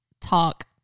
talk